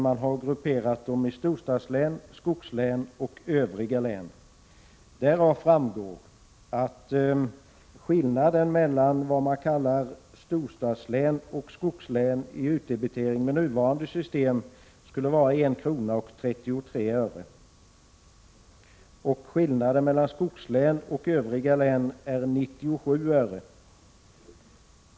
Man har grupperat länen i storstadslän, skogslän och övriga län. Därav framgår att skillnaden mellan storstadslän och skogslän i utdebitering med nuvarande system skulle vara 1,33 kr. Skillnaden mellan skogslän och övriga län är 97 öre.